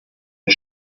wir